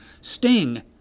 sting